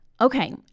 Okay